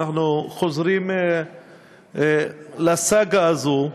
ואנחנו חוזרים לסאגה הזאת,